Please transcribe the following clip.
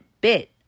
bit